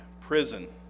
prison